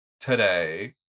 today